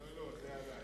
לא, לא, זה עלי.